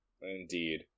Indeed